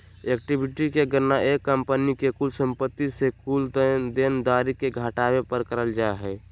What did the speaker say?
equity के गणना एक कंपनी के कुल संपत्ति से कुल देनदारी के घटावे पर करल जा हय